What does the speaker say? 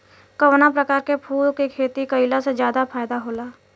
कवना प्रकार के फूल के खेती कइला से ज्यादा फायदा होला?